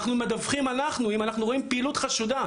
אנחנו מדווחים בעצמנו אם אנחנו רואים פעילות חשודה.